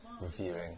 reviewing